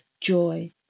joy